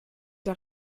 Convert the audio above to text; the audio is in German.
der